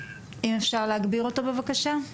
אם אפשר להגביר אותו בבקשה.